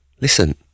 listen